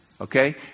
Okay